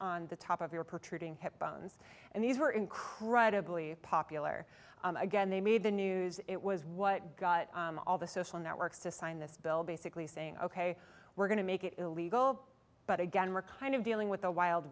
on the top of your protruding hip bones and these were incredibly popular again they made the news it was what got all the social networks to sign this bill basically saying ok we're going to make it illegal but again we're kind of dealing with the wild